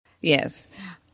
Yes